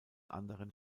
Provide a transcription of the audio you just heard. anderen